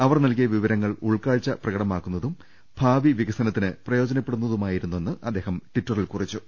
അവർ നൽകിയ വിവരങ്ങൾ ഉൾക്കാഴ്ച പ്രകടമാക്കുന്നതും ഭാവി വികസനത്തിന് പ്രയോജനപ്പെടുന്നതുമായിരുന്നെന്ന് അദ്ദേഹം ട്വിറ്ററിൽ കുറിച്ചു